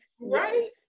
right